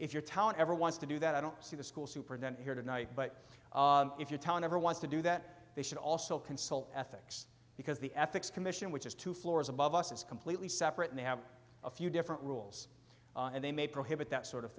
if your town ever wants to do that i don't see the school superintendent here tonight but if your town ever wants to do that they should also consult ethics because the ethics commission which is two floors above us it's completely separate and they have a few different rules and they may prohibit that sort of